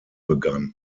begann